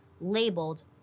labeled